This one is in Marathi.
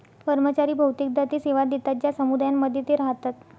कर्मचारी बहुतेकदा ते सेवा देतात ज्या समुदायांमध्ये ते राहतात